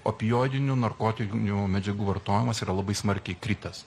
opioidinių narkotinių medžiagų vartojimas yra labai smarkiai kritęs